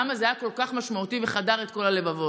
למה זה היה כל כך משמעותי וחדר את כל הלבבות?